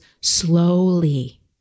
slowly